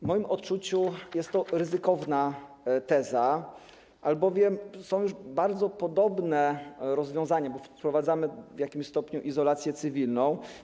W moim odczuciu jest to ryzykowna teza, albowiem są już bardzo podobne rozwiązania, bo wprowadzamy w jakimś stopniu izolację cywilną.